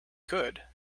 could